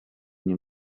nie